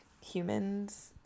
humans